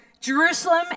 Jerusalem